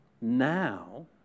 now